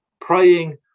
praying